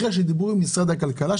אחרי שדיברו עם משרד הכלכלה,